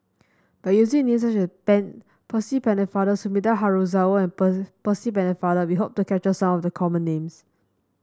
by using names such as Percy Pennefather Sumida Haruzo and Percy Pennefather we hope to capture some of the common names